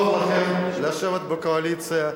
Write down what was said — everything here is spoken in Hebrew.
נוח לכם לשבת בקואליציה,